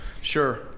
sure